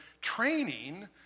training